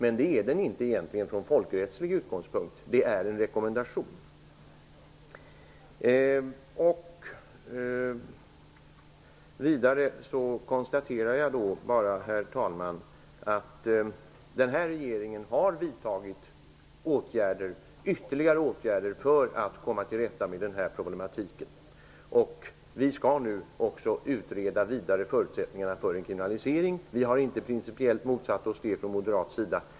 Men det är den egentligen inte från folkrättslig synpunkt. Det är en rekommendation. Herr talman! Vidare konstaterar jag att denna regering har vidtagit ytterligare åtgärder för att komma till rätta med denna problematik. Vi skall nu också utreda förutsättningarna för en kriminalisering. Vi har inte motsatt oss det principiellt från moderat sida.